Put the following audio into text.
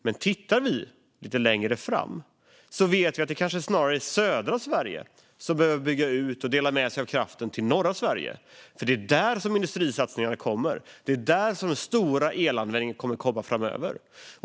Men tittar vi lite längre fram ser vi att det kanske snarare är södra Sverige som behöver bygga ut och dela med sig av kraften till norra Sverige, för det är där industrisatsningarna kommer. Det är där den stora elanvändningen kommer framöver.